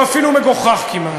הוא אפילו מגוחך כמעט.